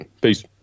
Peace